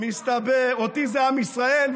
אותי זה עם ישראל,